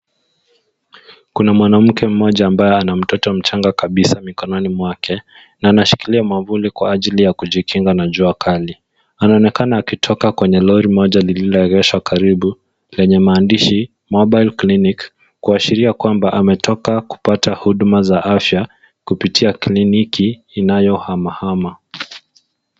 Kuna mwanamke mmoja ambaye ana mtoto mchanga kabisa mikononi mwake. Na ameshikilia mwavuli kwa ajili ya kujikinga na jua kali. Anaonekana akitoka kwenye lori moja lililoegeshwa karibu lenye maandishi mobile clinic , kuashiria kwamba anatoka kupata huduma ya afya kupitia kliniki inayohama hama.